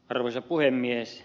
arvoisa puhemies